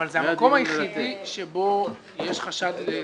אבל זה המקום היחיד שבו יש חשד לזיוף?